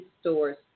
stores